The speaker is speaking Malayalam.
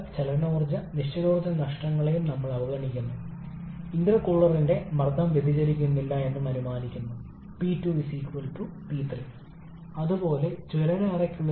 പുനരുജ്ജീവിപ്പിക്കൽ എന്നത് അടുത്ത പ്രഭാഷണത്തിൽ നമ്മൾ സംസാരിക്കുന്ന ഒന്നാണ് എന്നാൽ ഇന്ന് നമ്മൾ ശ്രദ്ധ കേന്ദ്രീകരിക്കുന്നത് കംപ്രഷനിലും വിപുലീകരണത്തിലുമാണ്